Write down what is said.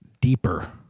deeper